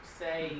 say